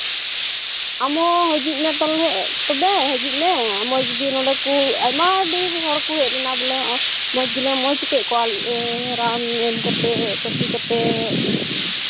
ᱟᱢ ᱦᱚᱸ ᱦᱤᱡᱩᱜ ᱢᱮ ᱛᱟᱦᱚᱞᱮ ᱛᱚᱵᱮ ᱦᱤᱡᱩᱜ ᱢᱮ ᱢᱚᱡᱽ ᱱᱚᱰᱮ ᱠᱚ ᱟᱭᱢᱟ ᱰᱷᱮᱨ ᱦᱚᱲ ᱠᱚ ᱦᱮᱡ ᱞᱮᱱᱟ ᱵᱚᱞᱮ ᱱᱚᱜᱼᱚᱭ ᱢᱚᱡᱽ ᱜᱮᱞᱮ ᱢᱚᱡᱽ ᱠᱮᱫ ᱠᱚᱣᱟᱞᱮ ᱨᱟᱱ ᱮᱢ ᱠᱟᱛᱮᱫ ᱯᱟᱹᱴᱤ ᱠᱟᱛᱮᱫ